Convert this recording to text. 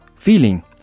feeling